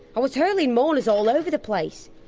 i was hurling mourners all over the place.